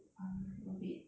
um a bit